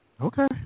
Okay